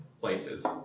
places